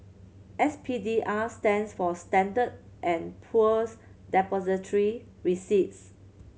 S P D R stands for Standard snd Poor's Depository Receipts